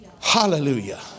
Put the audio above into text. Hallelujah